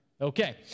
Okay